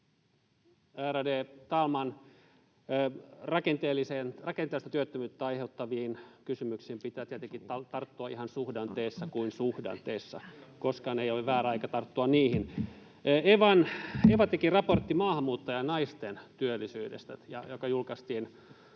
Ärade talman! Rakenteellista työttömyyttä aiheuttaviin kysymyksiin pitää tietenkin tarttua ihan suhdanteessa kuin suhdanteessa. Koskaan ei ole väärä aika tarttua niihin. Eva teki raportin maahanmuuttajanaisten työllisyydestä, joka julkaistiin